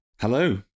Hello